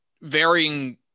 varying